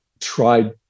tried